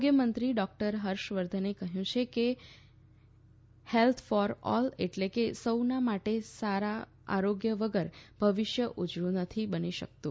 આરોગ્ય મંત્રી ડોકટર હર્ષ વર્ધને કહ્યું છે કે હેલ્થ ફોર ઓલ એટલે કે સૌના માટે સારા આરોગ્ય વગર ભવિષ્ય ઉજળુ નથી બની શકતું